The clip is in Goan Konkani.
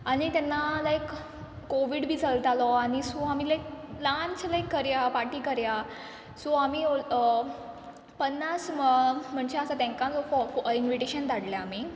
आनी तेन्ना लायक कोवीड बी चलतालो आनी सो आमी लायक ल्हानशें लायक करया पार्टी करया सो आमी ओल पन्नास म मनशां आसा तेंकांच इन्विटेशन धाडलें आमी